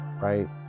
right